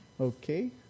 Okay